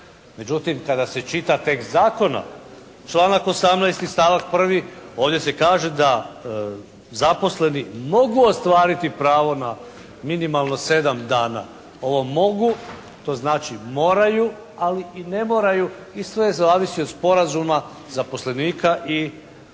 Međutim, kada se čita tekst zakona članak 18. stavak prvi ovdje se kaže da zaposleni mogu ostvariti pravo na minimalno sedam dana. Ovo mogu, to znači moraju ali i ne moraju i sve zavisi od sporazuma zaposlenika i njihovog